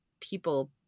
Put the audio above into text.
people